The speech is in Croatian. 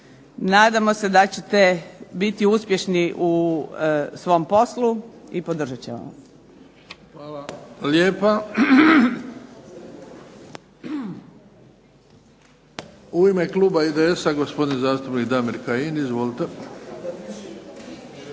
Nadamo se da ćete biti uspješni u svom poslu i podržat ćemo vas. **Bebić, Luka (HDZ)** Hvala lijepa. U ime kluba IDS-a gospodin zastupnik Damir Kajin. Izvolite.